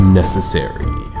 necessary